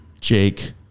Jake